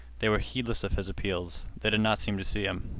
they were heedless of his appeals. they did not seem to see him.